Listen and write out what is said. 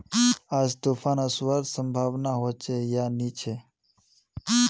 आज तूफ़ान ओसवार संभावना होचे या नी छे?